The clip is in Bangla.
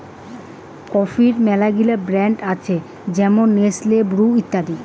কফির মেলাগিলা ব্র্যান্ড আসে যেমন নেসলে, ব্রু ইত্যাদি